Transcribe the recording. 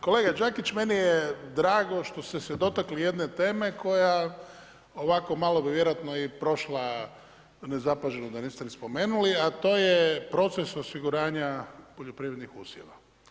Kolega Đakić, meni je drago što ste se dotakli jedne teme koja ovako malo bi vjerojatno i prošla nezapaženo da niste ni spomenuli, a to je proces osiguranja poljoprivrednih usjeva.